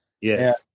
Yes